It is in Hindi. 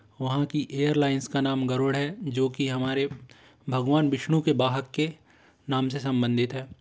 वहाँ की एयर लाइन्स का नाम गरुड़ है जो कि हमारे भगवान विष्णु के वाहक के नाम से सम्बंधित है